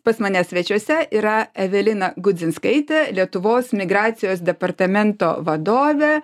pas mane svečiuose yra evelina gudzinskaitė lietuvos migracijos departamento vadovė